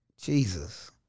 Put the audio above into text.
Jesus